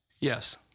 Yes